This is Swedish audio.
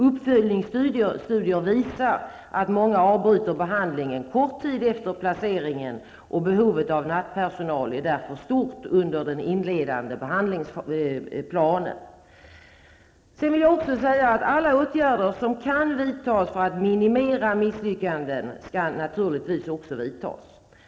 Uppföljningsstudier visar att många avbryter behandlingen kort tid efter placeringen, och behovet av nattpersonal är därför stort under den inledande behandlingsplanen. Alla åtgärder som kan vidtas för att minimera misslyckanden skall naturligtvis också vidtas.